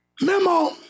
Memo